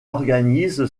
organise